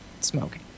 smoking